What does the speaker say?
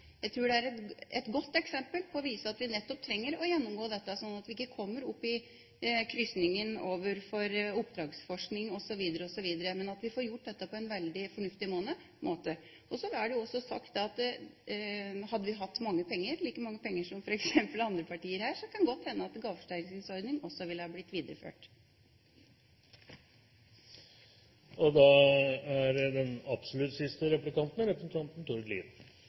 trenger å gjennomgå dette, sånn at vi ikke kommer i en krysning med oppdragsforskning osv., men at vi får gjort dette på en veldig fornuftig måte. Så vil jeg også si at hadde vi hatt mange penger, like mange penger som f.eks. andre partier har, kan det godt hende at gaveforsterkningsordningen også hadde blitt videreført. Det er ikke godt å vite hva regjeringen og flertallet egentlig mener om gaveforsterkningsordningen, for det synes jeg er noe nytt for hver gang det er noen nye som uttaler seg. Vi har fått mye pepper fra bl.a. representanten